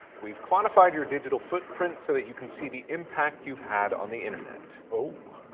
we've quantified your digital footprint so that you can see the impact you've had on the internet. oh.